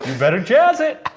better jazz it.